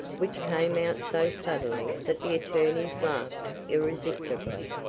which came out so suddenly that the attorneys laughed irresistibly,